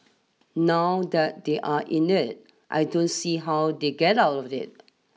now that they're in it I don't see how they get out of it